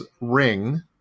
Ring